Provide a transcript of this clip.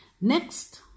Next